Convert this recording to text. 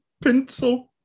pencil